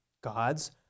God's